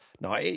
No